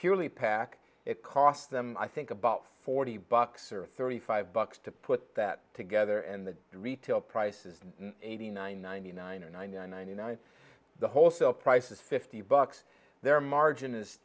purely pack it cost them i think about forty bucks or thirty five bucks to put that together and the retail price is eighty nine ninety nine or ninety nine ninety nine the wholesale price is fifty bucks their margin is